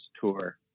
tour